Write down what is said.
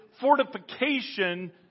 fortification